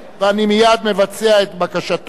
ואני מייד מבצע את בקשתו.